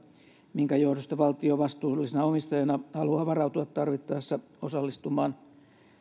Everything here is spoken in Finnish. minkä johdosta valtio vastuullisena omistajana haluaa varautua tarvittaessa osallistumaan